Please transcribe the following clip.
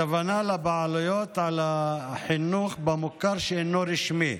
הכוונה לבעלויות על החינוך במוכר שאינו רשמי.